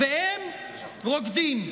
והם רוקדים,